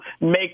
make